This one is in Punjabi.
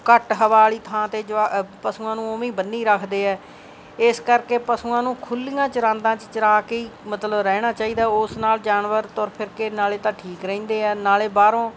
ਘੱਟ ਹਵਾ ਵਾਲੀ ਥਾਂ 'ਤੇ ਜਵਾ ਪਸੂਆਂ ਨੂੰ ਉਵੇਂ ਹੀ ਬੰਨੀ ਰੱਖਦੇ ਹੈ ਇਸ ਕਰਕੇ ਪਸ਼ੂਆਂ ਨੂੰ ਖੁੱਲ੍ਹੀਆਂ ਚਰਾਂਦਾਂ 'ਚ ਚਰਾ ਕੇ ਹੀ ਮਤਲਬ ਰਹਿਣਾ ਚਾਹੀਦਾ ਹੈ ਓਸ ਨਾਲ ਜਾਨਵਰ ਤੁਰ ਫਿਰ ਕੇ ਨਾਲ ਤਾਂ ਠੀਕ ਰਹਿੰਦੇ ਆ ਨਾਲ ਬਾਹਰੋਂ